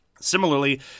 Similarly